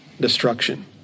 destruction